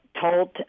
told